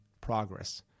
progress